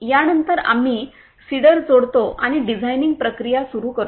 यानंतर आम्ही सिडर जोडतो आणि डिझाइनिंग प्रक्रिया सुरू करतो